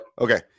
Okay